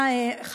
התש"ף